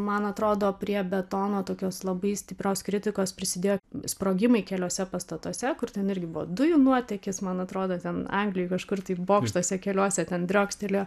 man atrodo prie betono tokios labai stiprios kritikos prisidėjo sprogimai keliuose pastatuose kur ten irgi buvo dujų nuotėkis man atrodo ten anglijoj kažkur tai bokštuose keliuose ten driokstelėjo